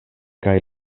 kaj